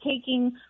taking